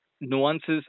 nuances